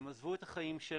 הם עזבו את החיים שלהם,